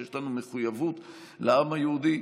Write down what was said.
שיש לה מחויבות לעם היהודי,